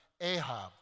Ahab